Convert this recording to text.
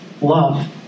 love